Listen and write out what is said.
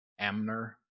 amner